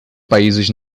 países